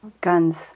guns